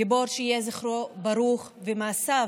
גיבור שיהיה זכרו ברוך, ומעשיו,